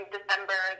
December